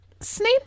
Snape